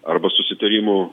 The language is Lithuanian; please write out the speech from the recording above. arba susitarimų